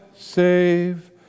Save